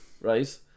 Right